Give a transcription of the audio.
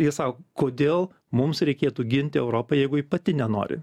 jie sako kodėl mums reikėtų ginti europą jeigu ji pati nenori